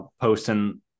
posting